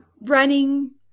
running